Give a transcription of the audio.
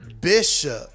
Bishop